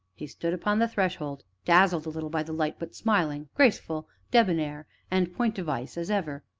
he stood upon the threshold, dazzled a little by the light, but smiling, graceful, debonair, and point-device as ever.